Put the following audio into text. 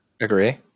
agree